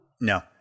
No